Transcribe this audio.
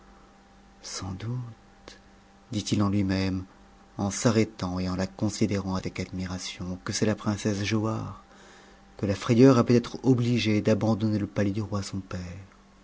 sans doute dit-il en lui-même en s'arrêtant et en la considérant avec admiration que c'est la princesse giauhare que la frayeur a peutêtre obligée d'abandonner le palais du roi son père